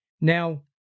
now